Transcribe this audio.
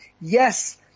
yes